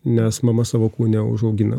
nes mama savo kūne užaugina